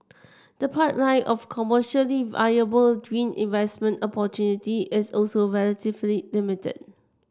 the pipeline of commercially viable green investment opportunity is also relatively limited